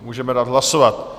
Můžeme dát hlasovat.